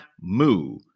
Moo